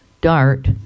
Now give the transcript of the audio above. DART